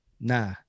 nah